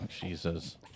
Jesus